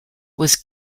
was